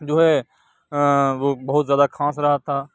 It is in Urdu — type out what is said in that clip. جو ہے وہ بہت زیادہ کھانس رہا تھا